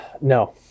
no